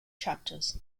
chapters